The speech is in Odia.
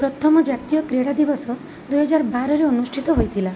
ପ୍ରଥମ ଜାତୀୟ କ୍ରୀଡ଼ା ଦିବସ ଦୁଇହଜାର ବାରରେ ଅନୁଷ୍ଠିତ ହୋଇଥିଲା